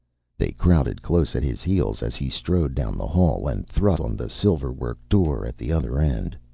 they crowded close at his heels as he strode down the hall and thrust on the silver-worked door at the other end.